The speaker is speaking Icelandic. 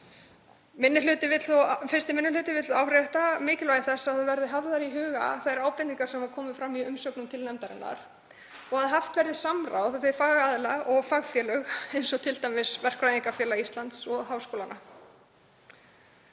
Fyrsti minni hluti vill árétta mikilvægi þess að hafðar verði í huga ábendingar sem fram komu í umsögnum til nefndarinnar og að haft verði samráð við fagaðila og fagfélög eins og t.d. Verkfræðingafélag Íslands og háskóla.